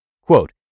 Quote